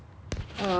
um